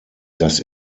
das